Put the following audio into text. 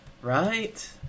Right